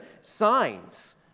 signs